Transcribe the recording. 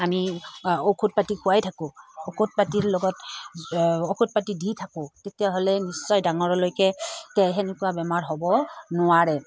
আমি ঔষধ পাতি খোৱাই থাকোঁ ঔষধ পাতিৰ লগত ঔষধ পাতি দি থাকোঁ তেতিয়াহ'লে নিশ্চয় ডাঙৰলৈকে সেনেকুৱা বেমাৰ হ'ব নোৱাৰে